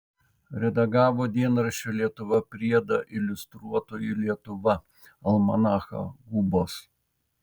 redagavo dienraščio lietuva priedą iliustruotoji lietuva almanachą gubos